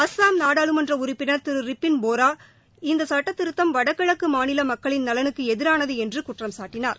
அஸ்ஸாம் நாடாளுமன்ற உறுப்பினர் ரிப்புன் போரா இந்த சுட்டத்திருத்தம் வடகிழக்கு மாநில மக்களின் நலனுக்கு எதிரானது என்று குற்றம்சாட்டினார்